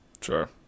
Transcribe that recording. Sure